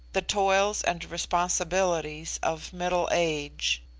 the toils and responsibilities of middle age.